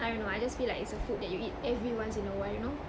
I don't know I just feel like it's a food that you eat every once in a while you know